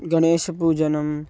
गणेशपूजनं